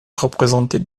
représentée